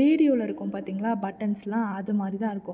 ரேடியோவில் இருக்கும் பார்த்தீங்களா பட்டன்ஸுலாம் அது மாதிரி தான் இருக்கும்